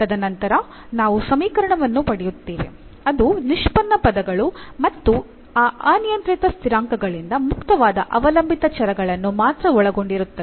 ತದನಂತರ ನಾವು ಸಮೀಕರಣವನ್ನು ಪಡೆಯುತ್ತೇವೆ ಅದು ನಿಷ್ಪನ್ನ ಪದಗಳು ಮತ್ತು ಆ ಅನಿಯಂತ್ರಿತ ಸ್ಥಿರಾಂಕಗಳಿಂದ ಮುಕ್ತವಾದ ಅವಲಂಬಿತ ಚರಗಳನ್ನು ಮಾತ್ರ ಒಳಗೊಂಡಿರುತ್ತದೆ